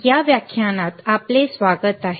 या व्याख्यानात आपले स्वागत आहे